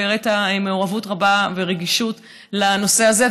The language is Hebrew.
והראית מעורבות רבה ורגישות לנושא הזה.